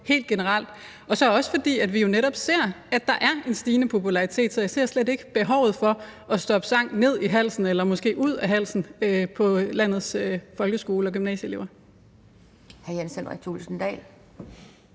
helt generelt, og så for det andet fordi vi jo netop ser, at der er en stigende popularitet. Så jeg ser slet ikke behovet for at stoppe sang ned i halsen eller måske hive den ud af halsen på landets folkeskole- og gymnasieelever. Kl. 10:27 Anden